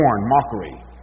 mockery